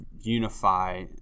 unify